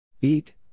Eat